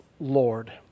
Lord